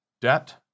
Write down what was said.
debt